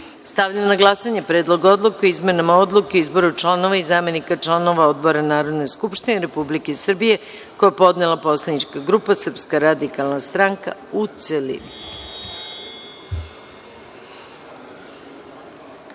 odluke. Stavljam na glasanje Predlog odluke o izmenama Odluke o izboru članova i zamenika članova odbora Narodne skupštine Republike Srbije, koji je podnela poslanička grupa Srpska radikalna stranka, u